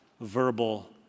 verbal